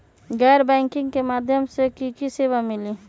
गैर बैंकिंग के माध्यम से की की सेवा मिली?